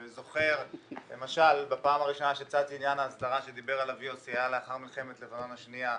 אני זוכר שלמשל בפעם הראשונה שצץ עניין ההסדרה לאחר מלחמת לבנון השנייה,